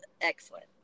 excellent